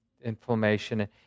inflammation